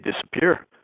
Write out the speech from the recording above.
disappear